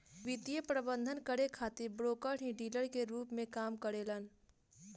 वित्तीय प्रबंधन करे खातिर ब्रोकर ही डीलर के रूप में काम करेलन